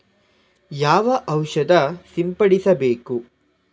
ಯಾವ ಔಷಧ ಸಿಂಪಡಿಸಬೇಕು?